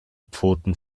pfoten